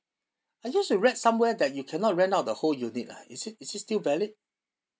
I just read somewhere that you cannot rent out the whole unit lah is it is it still valid